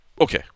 Okay